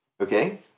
Okay